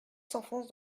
s’enfonce